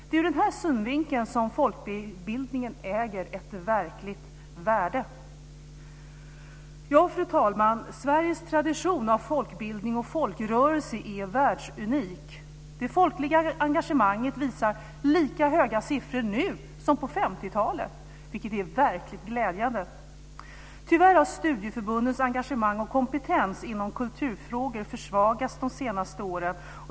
Det är ur den här synvinkeln som folkbildningen äger ett verkligt värde. Fru talman! Sveriges tradition av folkbildning och folkrörelse är världsunik. Det folkliga engagemanget visar lika höga siffror nu som på 50-talet, vilket är verkligt glädjande. Tyvärr har studieförbundens engagemang och kompetens inom kulturfrågor försvagats de senaste åren.